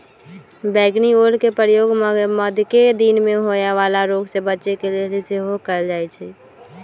बइगनि ओलके प्रयोग मेघकें दिन में होय वला रोग से बच्चे के लेल सेहो कएल जाइ छइ